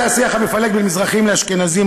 בנושא השיח המפלג בין מזרחים לאשכנזים,